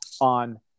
On